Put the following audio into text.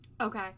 Okay